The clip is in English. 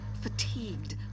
Fatigued